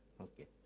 Okay